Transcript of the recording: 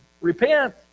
Repent